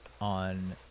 on